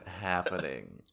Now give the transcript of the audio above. happening